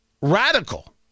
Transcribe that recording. Radical